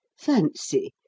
Fancy